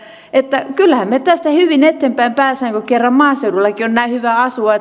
kyllä me tästä hyvin eteenpäin pääsemme kun kerran maaseudullakin on näin hyvä asua